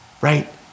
right